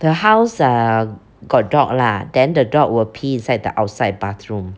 the house uh got dog lah then the dog will pee inside the outside bathroom